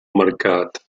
mercat